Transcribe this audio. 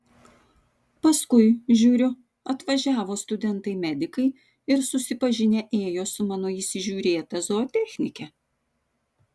paskui žiūriu atvažiavo studentai medikai ir susipažinę ėjo su mano įsižiūrėta zootechnike